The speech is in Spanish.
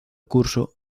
curso